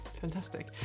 Fantastic